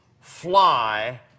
fly